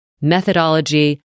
methodology